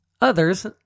Others